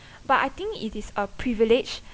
but I think it is a privilege